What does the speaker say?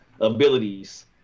abilities